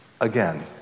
Again